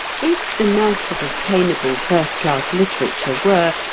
if the mass of obtainable first-class literature were,